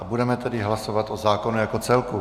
Budeme tedy hlasovat o zákonu jako celku.